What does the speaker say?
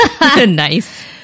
Nice